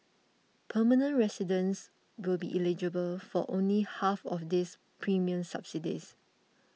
permanent residents will be eligible for only half of these premium subsidies